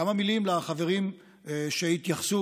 כמה מילים לחברים שהתייחסו.